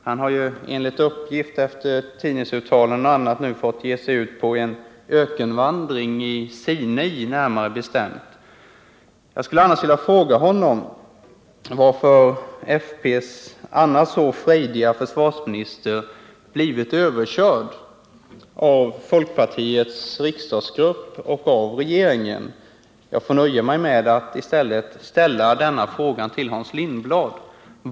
Han har enligt uppgift nu fått ge sig ut på en ökenvandring, närmare bestämt i Sinai. Jag skulle ha velat fråga honom varför folkpartiregeringens annars så frejdige försvarsminister blivit överkörd av folkpartiets riksdagsgrupp och av regeringen. Jag får nöja mig med att i stället ställa frågan till Hans Lindblad.